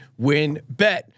WinBet